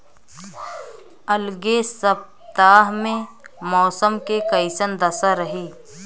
अलगे सपतआह में मौसम के कइसन दशा रही?